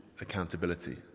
accountability